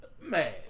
Man